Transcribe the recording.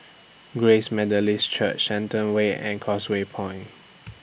Grace Methodist Church Shenton Way and Causeway Point